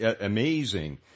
amazing